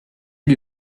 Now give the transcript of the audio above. lui